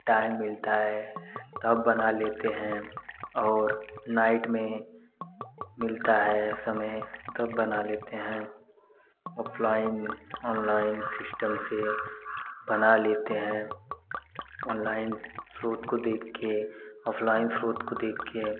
time मिलता है तब बना लेते हैं और नाइट में मिलता है समय तब बना लेते हैं ओफलाइन औनलाइन सिस्टम से बना लेते हैं औनलाइन स्रोत को देख कर औफलाइन स्रोत को देख कर